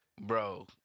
Bro